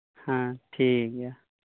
ᱦᱮᱸ ᱴᱷᱤᱠ ᱜᱮᱭᱟ